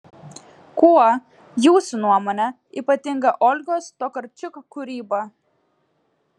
kuo jūsų nuomone ypatinga olgos tokarčuk kūryba